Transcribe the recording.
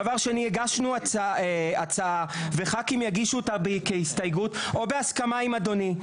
דבר שני הגשנו הצעה וח"כים יגישו אותה בהסתייגות או בהסכמה עם אדוני,